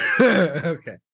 Okay